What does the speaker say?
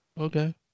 Okay